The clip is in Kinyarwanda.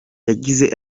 yagize